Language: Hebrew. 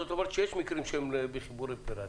זאת אומרת שיש מקרים שהם מחיבורים פיראטיים.